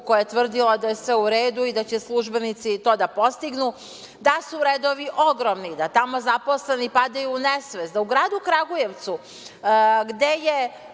koja je tvrdila da je sve u redu i da će službenici to da postignu, da su redovi ogromni, da tamo zaposleni padaju u nesvest. U gradu Kragujevcu, gde je